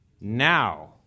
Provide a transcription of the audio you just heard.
now